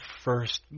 first